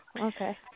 okay